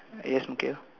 yes okay